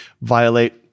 violate